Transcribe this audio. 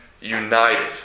united